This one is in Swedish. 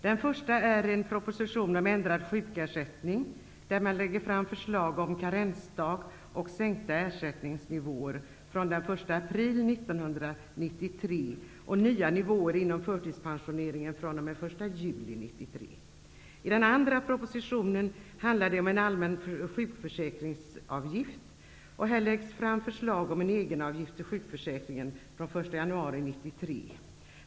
Den första är en proposition om ändrad sjukersättning, där regeringen lägger fram förslag om en karensdag, om en sänkning av ersättningsnivåerna fr.o.m. den 1 april 1993 och om nya nivåer inom förtidspensioneringen fr.o.m. den Den andra propositionen handlar om en allmän sjukförsäkringsavgift, där regeringen lägger fram förslag om en egenavgift till sjukförsäkringen fr.o.m. den 1 januari 1993.